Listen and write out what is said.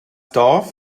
dorf